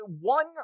one